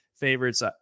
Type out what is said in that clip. favorites